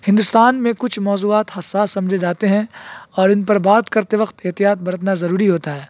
ہندوستان میں کچھ موضوعات حساس سمجھے جاتے ہیں اور ان پر بات کرتے وقت احتیاط برتنا ضروری ہوتا ہے